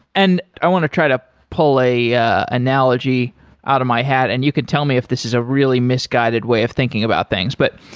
and i want to try to play ah analogy out of my head and you could tell me if this is a really misguided way of thinking about things. but